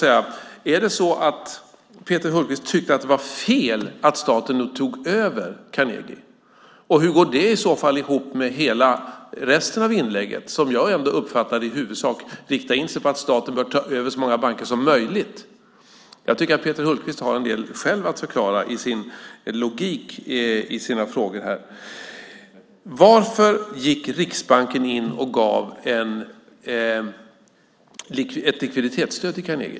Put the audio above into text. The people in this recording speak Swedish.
Är det så att Peter Hultqvist tycker att det var fel att staten tog över Carnegie? Hur går det i så fall ihop med hela resten av inlägget som jag ändå uppfattade i huvudsak riktade in sig på att staten bör ta över så många banker som möjligt? Jag tycker att Peter Hultqvist själv har en del att förklara när det gäller logiken i hans frågor. Varför gick Riksbanken in och gav ett likviditetsstöd till Carnegie?